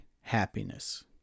happiness